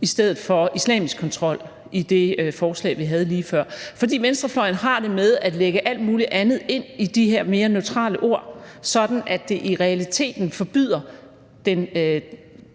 i stedet for islamisk kontrol i det forslag, vi havde lige før. For venstrefløjen har det med at lægge alt muligt andet ind i de her mere neutrale ord, sådan at det i realiteten forbyder den